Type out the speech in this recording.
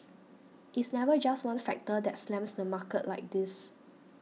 it's never just one factor that slams the market like this